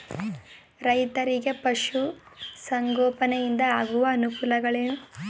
ರೈತರಿಗೆ ಪಶು ಸಂಗೋಪನೆಯಿಂದ ಆಗುವ ಅನುಕೂಲಗಳೇನು?